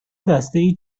دستهای